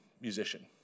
musician